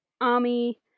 army